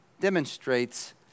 demonstrates